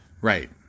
Right